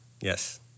Yes